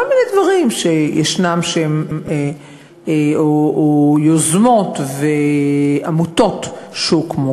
בכל מיני דברים שישנם או יוזמות ועמותות שהוקמו.